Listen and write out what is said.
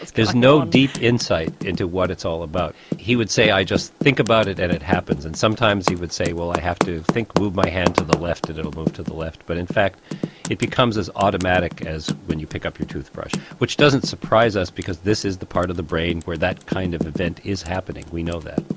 there's no deep insight into what it's all about. he would say i just think about it and it happens and sometimes he would say well i have to think, move my hand to the left and it will move to the left, but in fact it becomes as automatic as when you pick up your toothbrush. which doesn't surprise us because this is the part of the brain where that kind of event is happening, we know that.